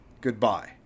goodbye